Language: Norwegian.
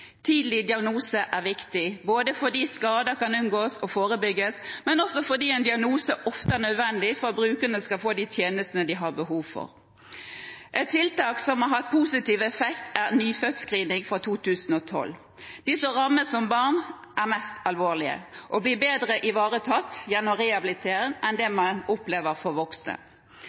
Tidlig diagnose er viktig, både fordi skader kan unngås og forebygges, og fordi en diagnose ofte er nødvendig for at brukerne skal få de tjenestene de har behov for. Et tiltak som har hatt positiv effekt, er nyfødtscreening fra 2012. De som rammes som barn, er det mest alvorlige – og de blir bedre ivaretatt gjennom rehabilitering enn det man opplever for voksne.